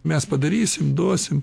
mes padarysim duosim